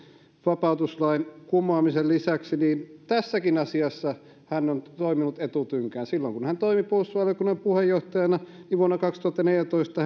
vapautuslain kumoamisen lisäksi mistä äsken keskustelimme tässäkin asiassa hän on toiminut etutynkään silloin kun hän toimi puolustusvaliokunnan puheenjohtajana vuonna kaksituhattaneljätoista